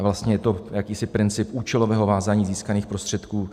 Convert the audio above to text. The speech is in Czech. Vlastně je to jakýsi princip účelového vázání získaných prostředků.